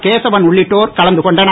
கேசவன் உள்ளிட்டோர் கலந்து கொண்டனர்